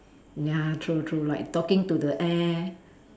ya true true like talking to the air